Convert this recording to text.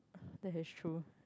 that is true